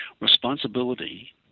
responsibility